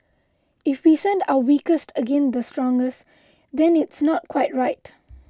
if we send our weakest again the strongest then it's not quite right